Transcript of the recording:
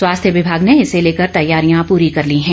स्वास्थ्य विभाग ने इसे लेकर तैयारियां पूरी कर ली हैं